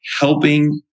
helping